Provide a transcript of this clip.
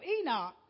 Enoch